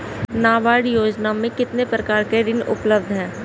नाबार्ड योजना में कितने प्रकार के ऋण उपलब्ध हैं?